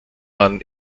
man